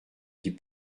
dit